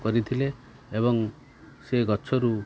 କରିଥିଲେ ଏବଂ ସେ ଗଛରୁ